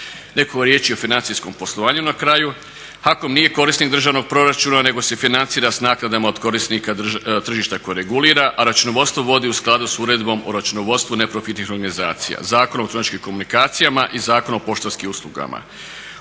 Nekoliko riječi o financijskom poslovanju na kraju. HAKOM nije korisnik državnog proračuna nego se financira sa naknadama od korisnika tržišta koje regulira a računovodstvo vodi u skladu sa Uredbom o računovodstvu neprofitnih organizacija, Zakonom o elektroničkim komunikacijama i Zakonom o poštanskim uslugama.